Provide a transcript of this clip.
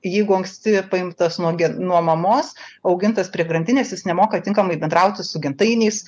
jeigu anksti paimtas nuo gi nuo mamos augintas prie grandinės jis nemoka tinkamai bendrauti su gentainiais